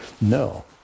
No